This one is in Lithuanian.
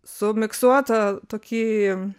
sumiksuotą tokį